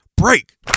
Break